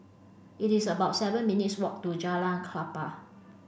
it is about seven minutes' walk to Jalan Klapa